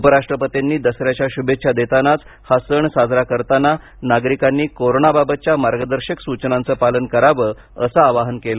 उपराष्ट्रपतींनी दसऱ्याच्या शुभेच्छा देतानाच हा सण साजरा करताना नागरिकांनी कोरोनाबाबतच्या मार्गदर्शक सूचनांचं पालन करावं असं आवाहन केलं